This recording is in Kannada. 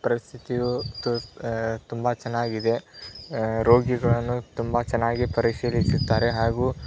ಪರಿಸ್ಥಿತಿಯು ತುಂಬ ಚೆನ್ನಾಗಿದೆ ರೋಗಿಗಳನ್ನು ತುಂಬ ಚೆನ್ನಾಗಿ ಪರಿಶೀಲಿಸುತ್ತಾರೆ ಹಾಗೂ